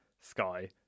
sky